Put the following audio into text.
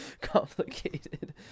complicated